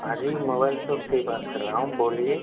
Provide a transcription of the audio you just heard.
हाँ जी mobile shop से ही बात कर रहा हूँ बोलिए